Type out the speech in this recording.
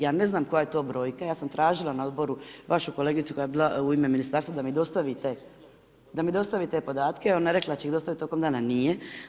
Ja ne znam koja je to brojka, ja sam tražila na odboru vašu kolegicu koja je bila u ime ministarstva da mi dostavi te podatke, ona je rekla da će ih dostavit tokom dana, nije.